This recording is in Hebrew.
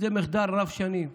זה מחדל רב-שנים.